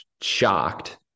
shocked